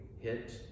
hit